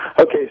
Okay